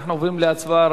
אנחנו עוברים להצבעה על